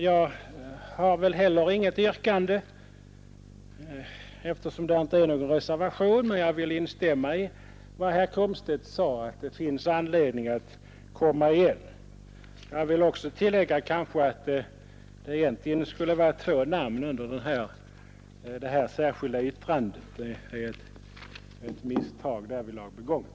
Jag har inte heller något yrkande eftersom det inte finns någon reservation. Men jag vill instämma i vad herr Komstedt sade att det finns anledning att komma igen. Jag vill tillägga att det egentligen skulle varit två namn under det särskilda yttrandet. Det är ett redaktionellt misstag som därvidlag begåtts.